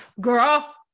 girl